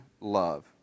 love